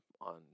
on